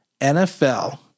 NFL